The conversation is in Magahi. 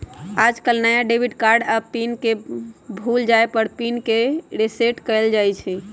आजकल नया डेबिट कार्ड या पिन के भूल जाये पर ही पिन के रेसेट कइल जाहई